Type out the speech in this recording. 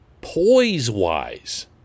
poise-wise